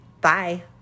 Bye